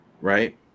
Right